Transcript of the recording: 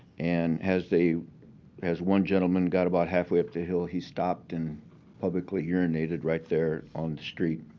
and as they as one gentleman got about halfway up the hill, he stopped and publicly urinated right there on the street.